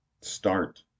Start